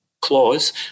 clause